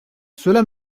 cela